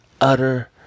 utter